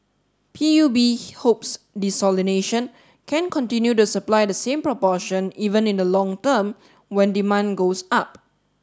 P U B hopes desalination can continue to supply the same proportion even in the long term when demand goes up